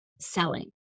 selling